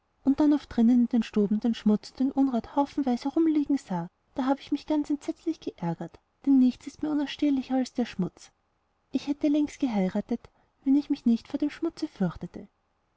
und dann oft drinnen in den stuben den schmutz und unrat haufenweis herumliegen sah da habe ich mich ganz entsetzlich geärgert denn nichts ist mir unausstehlicher als der schmutz ich hätte längst geheiratet wenn ich mich nicht vor dem schmutze fürchtete